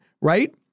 right